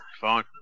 Fine